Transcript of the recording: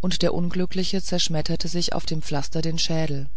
und der unglückliche zerschmetterte sich auf dem pflaster den schädel